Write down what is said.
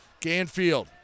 Ganfield